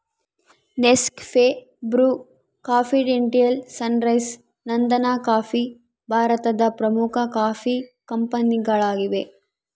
Nescafe, Bru, ಕಾಂಫಿಡೆಂಟಿಯಾಲ್, sunrise, Nandan coffee ಭಾರತದ ಪ್ರಮುಖ ಕಾಫಿ ಕಂಪನಿಗಳಾಗಿವೆ